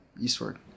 Eastward